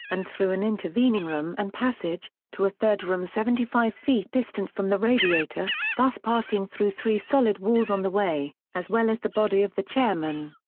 and through an intervening room and passage, to a third room seventy five feet distant from the radiator, thus passing through three solid walls on the way, as well as the body of the chairman.